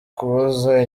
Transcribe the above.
kubuza